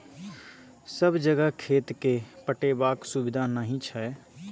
सब जगह खेत केँ पटेबाक सुबिधा नहि छै